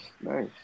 Nice